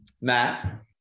Matt